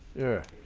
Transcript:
yeah,